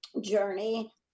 journey